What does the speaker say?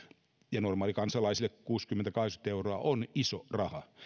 ja normaalikansalaiselle kuusikymmentä viiva kahdeksankymmentä euroa on iso raha